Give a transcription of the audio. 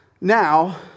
Now